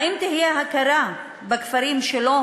האם תהיה הכרה בכפרים שלא